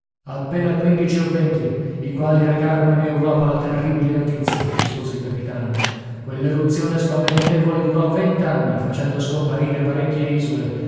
appena quindici o venti i quali recarono in europa la terribile notizia rispose il capitano quell'eruzione spaventevole durò vent'anni facendo scomparire parecchie isole